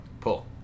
Pull